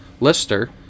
Lister